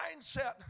mindset